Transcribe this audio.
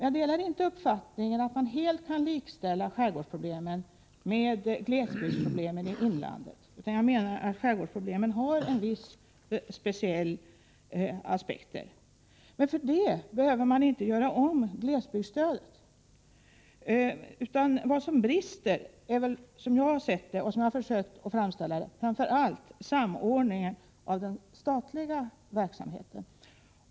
Jag delar inte uppfattningen att man helt kan likställa skärgårdsproblemen med glesbygdsproblemen i inlandet. Jag menar att skärgårdsproblemen har en viss speciell aspekt. För det behöver man inte göra om glesbygdsstödet. Vad som brister är, som jag har sett det och försökt att framställa det, framför allt samordningen av den statliga verksamheten.